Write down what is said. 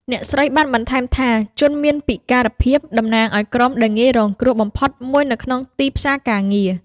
អ្នកស្រីបានបន្ថែមថា ជនមានពិការភាពតំណាងឱ្យក្រុមដែលងាយរងគ្រោះបំផុតមួយនៅក្នុងទីផ្សារការងារ។